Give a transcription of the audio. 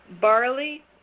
Barley